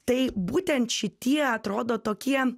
tai būtent šitie atrodo tokie